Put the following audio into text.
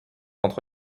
entre